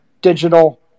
digital